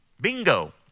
bingo